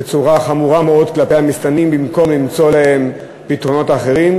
בצורה חמורה מאוד כלפי המסתננים במקום למצוא להם פתרונות אחרים,